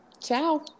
ciao